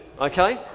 okay